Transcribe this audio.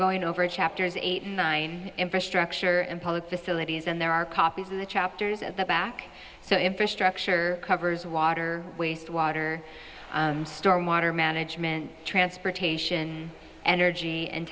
going over chapters eight and nine infrastructure and public facilities and there are copies of the chapters at the back so infrastructure covers water waste water storm water management transportation energy and